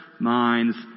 Minds